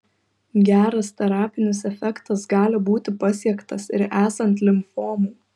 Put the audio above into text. geras terapinis efektas gali būti pasiektas ir esant limfomų